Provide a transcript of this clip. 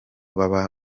baba